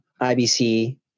IBC